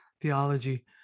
theology